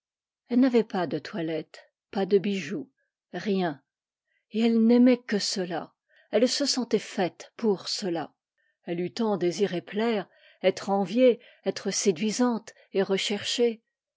elle n'avait pas de toilettes pas de bijoux rien et elle n'aimait que cela elle se sentait faite pour cela elle eût tant désiré plaire être enviée être séduisante et recherchée